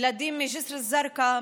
ילדים מג'יסר א-זרקא,